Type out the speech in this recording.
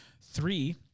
Three